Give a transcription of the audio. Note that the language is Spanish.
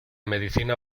medicina